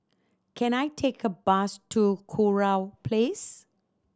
can I take a bus to Kurau Place